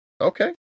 Okay